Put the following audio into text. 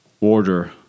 order